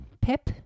PEP